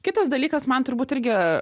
kitas dalykas man turbūt irgi